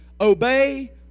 obey